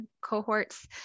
cohorts